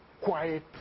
quiet